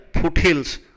foothills